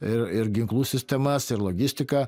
ir ir ginklų sistemas ir logistiką